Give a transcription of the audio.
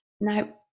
now